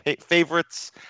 favorites